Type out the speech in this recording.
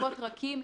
ירקות רכים,